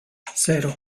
cero